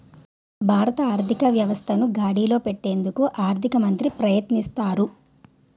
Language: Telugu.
భారత ఆర్థిక వ్యవస్థను గాడిలో పెట్టేందుకు ఆర్థిక మంత్రి ప్రయత్నిస్తారు